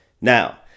now